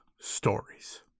stories